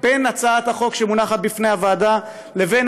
בין הצעת החוק שמונחת לפני הוועדה ובין